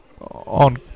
on